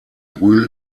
brühl